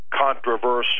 controversial